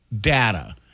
Data